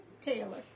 Taylor